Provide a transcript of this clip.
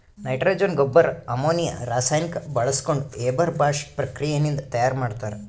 nitrogen ಗೊಬ್ಬರ್ ammonia ರಾಸಾಯನಿಕ್ ಬಾಳ್ಸ್ಕೊಂಡ್ ಹೇಬರ್ ಬಾಷ್ ಪ್ರಕ್ರಿಯೆ ನಿಂದ್ ತಯಾರ್ ಮಾಡ್ತರ್